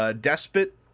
despot